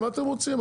מה אתם רוצים?